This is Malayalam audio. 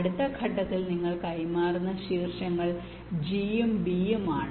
അടുത്ത ഘട്ടത്തിൽ നിങ്ങൾ കൈമാറുന്ന വെർട്ടിസസ് g ഉം b ഉം ആണ്